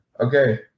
okay